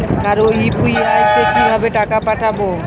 কারো ইউ.পি.আই তে কিভাবে টাকা পাঠাবো?